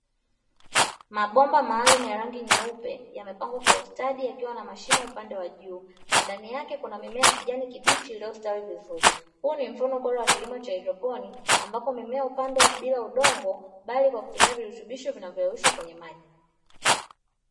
Mabomba maalumu ya rangi nyeupe yamepangwa kwa ustadi yakiwa na mashimo upande wa juu, ndani yake kuna mimea ya kijani kibichi iliyostawi vizuri, huu ni mfano bora wa kilimo cha haidroponi, ambapo mimea hupandwa bila udongo bali kwa kutumia virutubisho vinavyoyeyushwa kwenye maji.